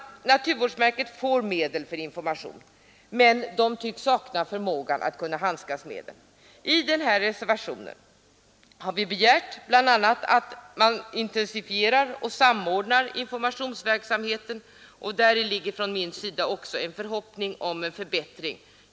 Naturvårdsverket får medel för information, men man tycks sakna förmågan att handskas med dem. I den här reservationen har vi bl.a. begärt att man intensifierar och samordnar informationsverksamheten. Däri ligger från min sida också en förhoppning om en förbättring.